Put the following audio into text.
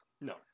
No